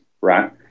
right